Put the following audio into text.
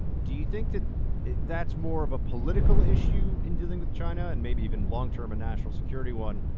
do you think that's more of a political issue in dealing with china and maybe even long-term a national security one,